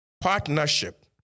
partnership